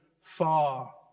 far